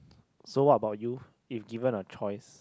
so what about you if given a choice